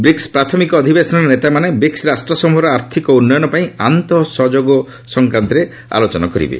BRICS ପ୍ରାଥମିକ ଅଧିବେଶନରେ ନେତାମାନେ ବ୍ରିକ୍ୱ ରାଷ୍ଟ୍ର ସମ୍ଭୂର ଆର୍ଥିକ ଉନ୍ନୟନ ପାଇଁ ଆନ୍ତଃ ସହଯୋଗ ସଂକ୍ରାନ୍ତରେ ଆଲୋଚନା କରିବେ